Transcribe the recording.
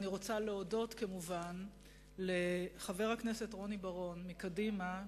אני רוצה להודות כמובן לחבר הכנסת רוני בר-און מקדימה,